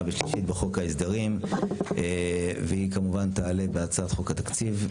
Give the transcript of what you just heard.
ושלישית בחוק ההסדרים והיא כמובן תעלה בהצעת חוק התקציב.